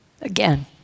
Again